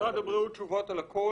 משרד הבריאות, תשובות על הכול.